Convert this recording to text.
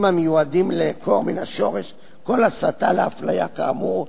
המיועדים לעקור מן השורש כל הסתה לאפליה כאמור,